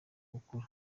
gukura